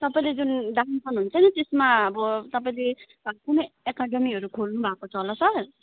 तपाईँले जुन डान्स गर्नु हुन्छ नि त्यसमा अब तपाईँले कुनै एकाडमीहरू खोल्नु भएको छ होला सर